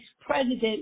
president